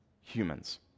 humans